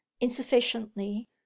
insufficiently